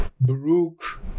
Baruch